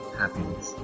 happiness